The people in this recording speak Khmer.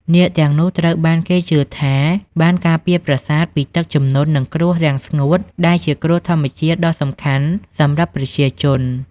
នាគទាំងនោះត្រូវបានគេជឿថាបានការពារប្រាសាទពីទឹកជំនន់ និងគ្រោះរាំងស្ងួតដែលជាគ្រោះធម្មជាតិដ៏សំខាន់សម្រាប់ប្រជាជន។